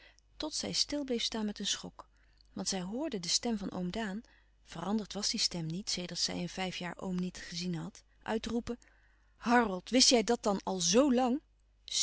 tot zij stil bleef staan met een schok want zij hoorde de stem van oom daan veranderd was die stem niet sedert zij in vijf jaar oom niet gezien had uitroepen harold wist jij dat dan al zo lang